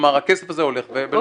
כלומר הכסף הזה הולך ולא קורה כלום.